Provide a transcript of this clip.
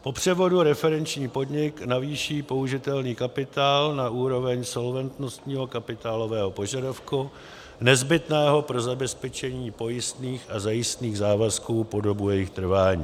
f) po převodu referenční podnik navýší použitelný kapitál na úroveň solventnostního kapitálového požadavku nezbytného pro zabezpečení pojistných a zajistných závazků po dobu jejich trvání;